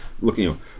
looking